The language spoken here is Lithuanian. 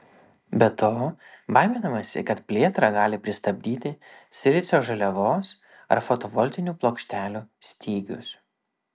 be to baiminamasi kad plėtrą gali pristabdyti silicio žaliavos ar fotovoltinių plokštelių stygius